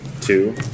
Two